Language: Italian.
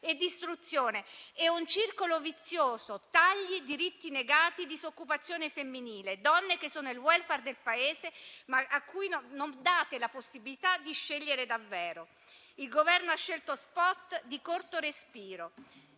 e di istruzione. È un circolo vizioso: tagli, diritti negati, disoccupazione femminile, donne che sono il *welfare* del Paese, ma a cui non date la possibilità di scegliere davvero. Il Governo ha scelto *spot* di corto respiro.